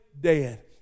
dead